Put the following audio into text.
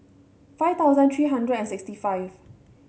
five thousand three hundred and sixty five